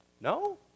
No